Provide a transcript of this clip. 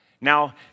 Now